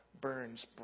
burns